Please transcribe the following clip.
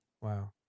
Wow